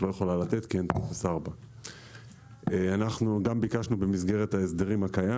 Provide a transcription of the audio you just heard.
לא יכולה לתת כי אין טופס 4. במסגרת חוק ההסדרים הקיים